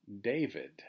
David